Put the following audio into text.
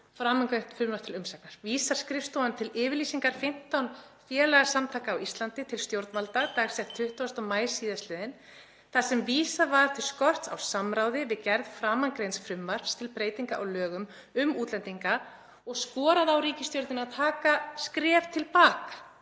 framangreint frumvarp til umsagnar. Vísar skrifstofan til yfirlýsingar 15 félagasamtaka á Íslandi til stjórnvalda, dags. 20. maí sl., þar sem vísað var til skorts á samráði við gerð framangreinds frumvarps til breytinga á lögum um útlendinga og skorað á ríkisstjórnina að taka skref til baka,